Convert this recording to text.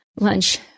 lunch